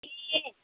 ए